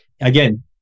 again